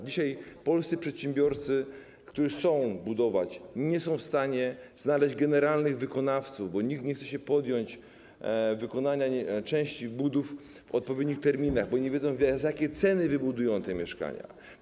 Dzisiaj polscy przedsiębiorcy, którzy chcą budować, nie są w stanie znaleźć generalnych wykonawców, bo nikt nie chce podjąć się wykonania części budów w odpowiednich terminach, bo nie wiedzą, za jakie ceny wybudują te mieszkania.